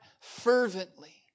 fervently